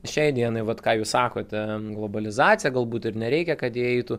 šiai dienai vat ką jūs sakote globalizacija galbūt ir nereikia kad jie eitų